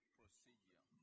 procedure